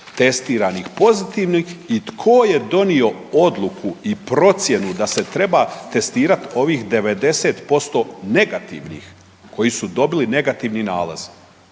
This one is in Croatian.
testiranih pozitivnih i tko je donio odluku i procjenu da se treba testirati ovih 90% negativnih koji su dobili negativni nalaz.